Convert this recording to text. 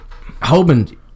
Hoban